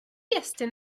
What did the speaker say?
estyn